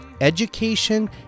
education